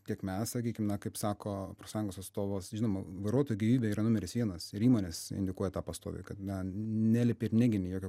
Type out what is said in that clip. tiek mes sakykime kaip sako profsąjungos atstovas žinoma vairuotojų gyvybė yra numeris vienas ir įmonės indikuoja tą pastoviai kad na nelipi ir negini jokio